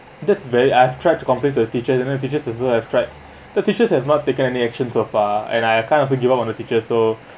that's very I've tried to complain to the teacher and then the teacher also have tried but teachers have not taken any action so far and I have kind also give up on the teacher so